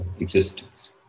existence